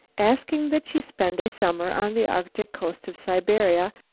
asking that she spend a summer on the arctic coast of siberia,